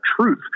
truth